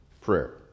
Prayer